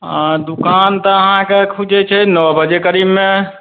हँ दोकान तऽ अहाँके खुजै छै नओ बजे करीबमे